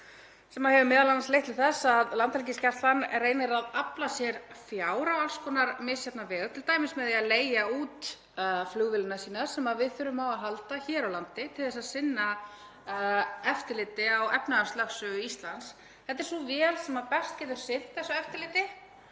sem hefur m.a. leitt til þess að Landhelgisgæslan reynir að afla sér fjár á alls konar misjafna vegu, t.d. með því að leigja út flugvélina sína sem við þurfum á að halda hér á landi til að sinna eftirliti á efnahagslögsögu Íslands. Þetta er sú vél sem best getur sinnt þessu eftirliti,